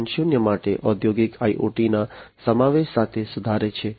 0 માટે ઔદ્યોગિક IoTના સમાવેશ સાથે સુધારે છે